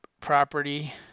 property